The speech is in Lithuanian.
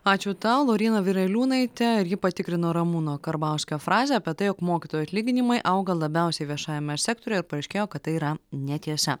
ačiū tau lauryna vireliūnaitė ir ji patikrino ramūno karbauskio frazę apie tai jog mokytojų atlyginimai auga labiausiai viešajame sektoriuje ir paaiškėjo kad tai yra netiesa